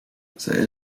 zij